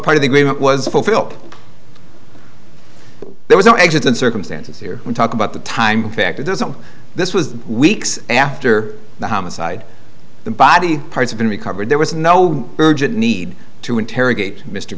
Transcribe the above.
part of the agreement was fulfilled there was no existent circumstances here we talk about the time factor doesn't this was weeks after the homicide the body parts been recovered there was no urgent need to interrogate mr